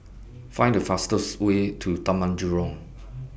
Find The fastest Way to Taman Jurong